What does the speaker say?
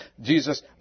Jesus